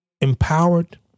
empowered